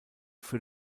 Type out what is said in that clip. für